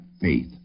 faith